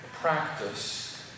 practice